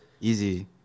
easy